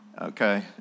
okay